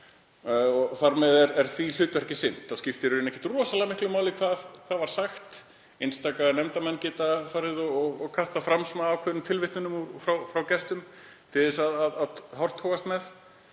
Þar með er því hlutverki sinnt. Þá skiptir í rauninni ekkert rosalega miklu máli hvað var sagt. Einstaka nefndarmenn geta farið og kastað fram svona ákveðnum tilvitnunum í gesti til þess að hártogast um